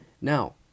Now